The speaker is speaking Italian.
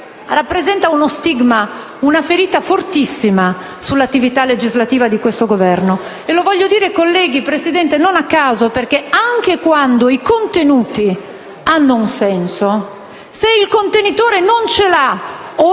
rappresenta uno stigma, una ferita fortissima per l'attività legislativa di questo Governo. Lo voglio dire non a caso, signora Presidente e colleghi: anche quando i contenuti hanno un senso, se il contenitore non ce l'ha o